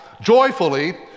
joyfully